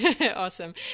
Awesome